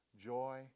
joy